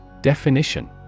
Definition